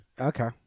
Okay